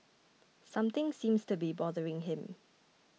something seems to be bothering him